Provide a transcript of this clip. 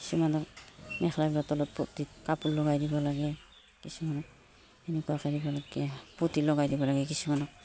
কিছুমানক মেখেলাই বটলত পতি কাপোৰ লগাই দিব লাগে কিছুমানক সেনেকুৱাকৈ দিব লাগে পতি লগাই দিব লাগে কিছুমানক